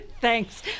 Thanks